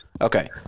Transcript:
Okay